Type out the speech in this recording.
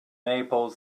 maple